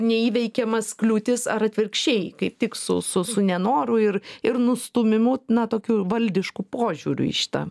neįveikiamas kliūtis ar atvirkščiai kaip tik su su su nenoru ir ir nustūmimu na tokiu valdišku požiūriu į šitą